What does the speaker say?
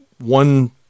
one